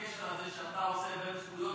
הקשר הזה שאתה עושה בין זכויות